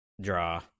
draw